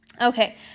Okay